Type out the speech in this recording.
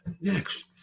Next